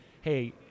hey